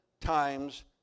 times